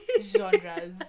genres